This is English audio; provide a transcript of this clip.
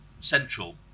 central